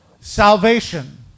Salvation